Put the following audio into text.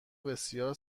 بسیار